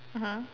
mmhmm